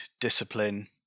discipline